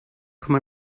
komma